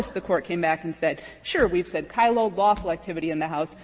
the court came back and said, sure, we've said kyllo, lawful activity in the house,